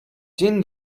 dzień